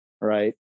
right